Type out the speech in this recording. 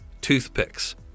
toothpicks